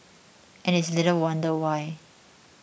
and it's little wonder why